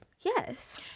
Yes